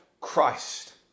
Christ